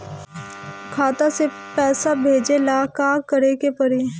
खाता से पैसा भेजे ला का करे के पड़ी?